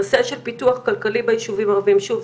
הנושא של פיתוח כלכלי ביישובים הערביים שוב,